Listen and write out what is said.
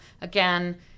Again